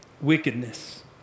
wickedness